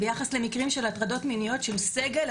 ביחס למקרים של הטרדות מיניות של סגל,